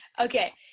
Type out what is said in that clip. okay